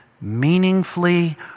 meaningfully